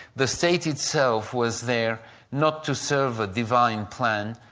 the state itself was there not to serve a divine plan,